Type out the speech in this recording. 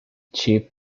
chip